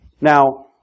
Now